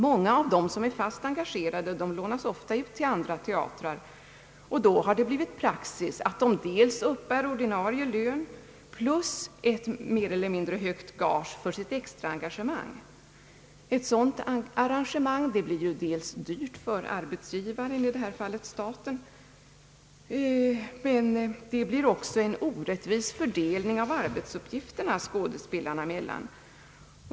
Många av de skådespelare som är fast engagerade lånas ofta ut till andra teatrar. Därvid har det blivit praxis, att de uppbär ordinarie lön plus ett mer eller mindre högt gage för sitt extraengagemang. Ett sådant arrangemang blir ju dyrt för arbetsgivaren — i detta fall staten — men det medför även en orättvis fördelning av arbetsuppgifterna skådespelarna emellan.